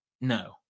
No